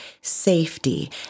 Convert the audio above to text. safety